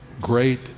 great